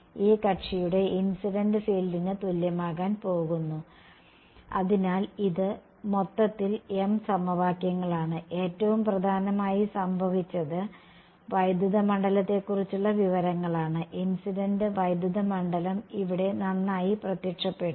ഈ കക്ഷിയുടെ ഇൻസിഡന്റ് ഫീൽഡിന് തുല്യമാകാൻ പോകുന്നു അതിനാൽ ഇത് മൊത്തത്തിൽ m സമവാക്യങ്ങളാണ് ഏറ്റവും പ്രധാനമായി സംഭവിച്ചത് വൈദ്യുത മണ്ഡലത്തെക്കുറിച്ചുള്ള വിവരങ്ങളാണ് ഇൻസിഡന്റ് വൈദ്യുത മണ്ഡലം ഇവിടെ നന്നായി പ്രത്യക്ഷപ്പെട്ടു